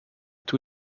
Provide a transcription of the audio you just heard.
two